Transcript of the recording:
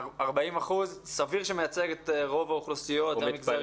40% סביר שמייצג את רוב האוכלוסיות והמגזרים.